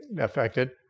affected